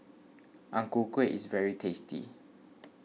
Ang Ku Kueh is very tasty